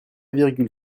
virgule